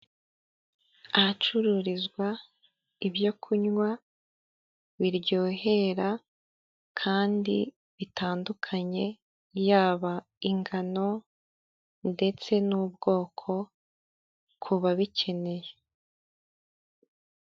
Ahacururizwa ibyo kunywa biryohera kandi bitandukanye yaba ingano ndetse n'ubwoko kubabikeneye.